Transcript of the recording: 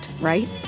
right